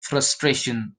frustration